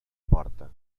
porta